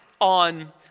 on